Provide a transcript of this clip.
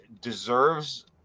deserves